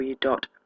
dot